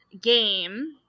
game